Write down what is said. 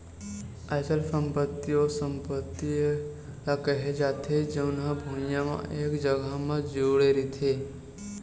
अचल संपत्ति ओ संपत्ति ल केहे जाथे जउन हा भुइँया म एक जघा म जुड़े रहिथे